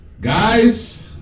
Guys